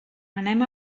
anem